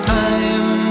time